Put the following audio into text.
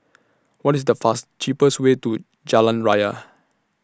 What IS The fast cheapest Way to Jalan Raya